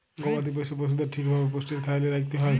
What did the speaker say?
গবাদি পশ্য পশুদের ঠিক ভাবে পুষ্টির খ্যায়াল রাইখতে হ্যয়